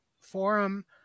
forum